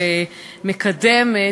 בהן ומקדמת.